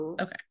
okay